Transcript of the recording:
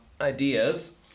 ideas